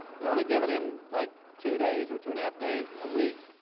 they're only giving him, like, two days, or two-and-a-half days a week,